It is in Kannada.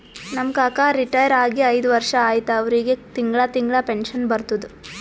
ನಮ್ ಕಾಕಾ ರಿಟೈರ್ ಆಗಿ ಐಯ್ದ ವರ್ಷ ಆಯ್ತ್ ಅವ್ರಿಗೆ ತಿಂಗಳಾ ತಿಂಗಳಾ ಪೆನ್ಷನ್ ಬರ್ತುದ್